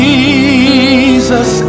Jesus